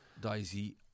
Daisy